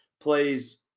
plays